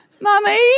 Mummy